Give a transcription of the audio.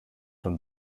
from